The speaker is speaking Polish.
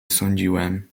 sądziłem